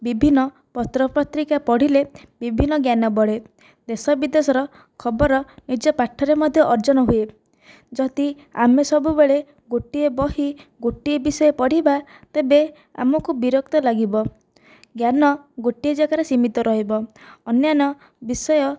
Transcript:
ବିଭିନ୍ନ ପତ୍ରପତ୍ରିକା ପଢ଼ିଲେ ବିଭିନ୍ନ ଜ୍ଞାନ ବଢ଼େ ଦେଶ ବିଦେଶର ଖବର ନିଜ ପାଠରେ ମଧ୍ୟ ଅର୍ଜନ ହୁଏ ଯଦି ଆମେ ସବୁବେଳେ ଗୋଟିଏ ବହି ଗୋଟିଏ ବିଷୟ ପଢ଼ିବା ତେବେ ଆମକୁ ବିରକ୍ତ ଲାଗିବ ଜ୍ଞାନ ଗୋଟିଏ ଜାଗାରେ ସୀମିତ ରହିବ ଅନ୍ୟାନ୍ୟ ବିଷୟ